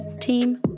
team